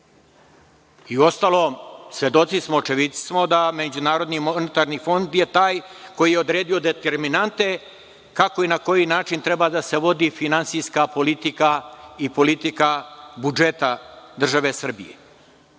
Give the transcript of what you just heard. Uostalom, svedoci smo, očevidci smo, da je MMF taj koji je odredio determinante kako i na koji način treba da se vodi finansijska politika i politika budžeta države Srbije. Imamo